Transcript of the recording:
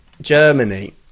Germany